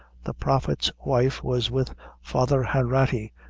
the prophet's wife was with father hanratty,